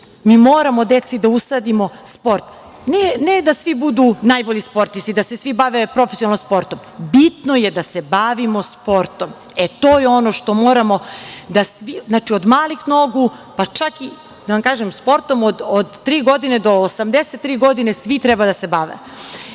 Mi moramo deci da usadimo sport. Ne da svi budu najbolji sportisti, da se svi bave profesionalno sportom. Bitno je da se bavimo sportom. To je ono što moramo. Znači, od malih nogu, pa čak sportom od tri godine do 83 godine svi treba da se bave. Vi